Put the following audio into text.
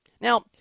Now